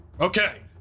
Okay